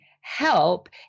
help